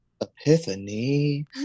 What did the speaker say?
epiphany